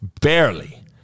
barely